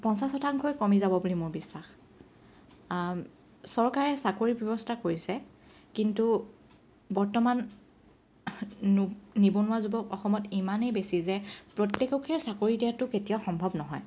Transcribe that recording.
পঞ্চাছ শতাংশই কমি যাব বুলি মোৰ বিশ্বাস চৰকাৰে চাকৰিৰ ব্যৱস্থা কৰিছে কিন্তু বৰ্তমান নিবনুৱা যুৱক অসমত ইমানেই বেছি যে প্ৰত্যেককে চাকৰি দিয়াতো কেতিয়াও সম্ভৱ নহয়